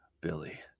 Billy